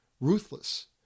ruthless